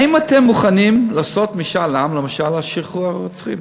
האם אתם מוכנים לעשות משאל עם למשל על שחרור הרוצחים?